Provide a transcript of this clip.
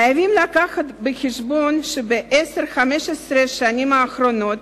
חייבים לקחת בחשבון שב-10 15 השנים האחרונות